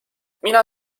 mina